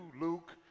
Luke